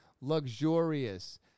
luxurious